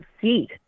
seat